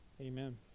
Amen